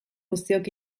guztiok